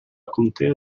contea